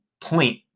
point